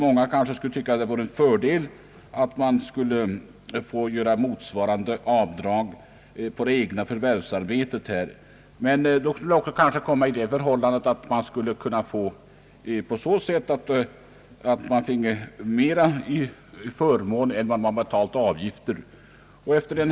Många kanske skulle tycka att det vore en fördel om man fick göra motsvarande avdrag från inkomsten av annat förvärvsarbete. Men då skulle det kunna bli så att man fick större förmåner än som svarade mot de erlagda avgifterna.